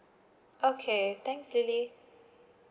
okay thanks lily